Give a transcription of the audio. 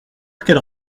qu’elle